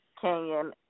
Canyon